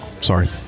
Sorry